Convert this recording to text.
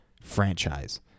franchise